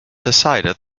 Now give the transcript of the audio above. decided